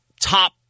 top